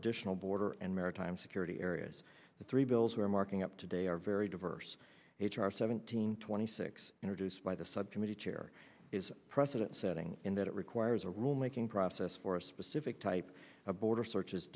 additional border and maritime security areas the three bills we're marking up today are very diverse h r seventeen twenty six introduced by the subcommittee chair is precedent setting in that it requires a rule making process for a specific type of border searches